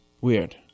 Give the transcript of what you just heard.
Weird